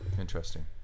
Interesting